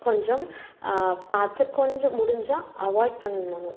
கொஞ்சம் பார்த்து கொஞ்சம் முடிஞ்சால் அவாய்ட் பண்ணணும்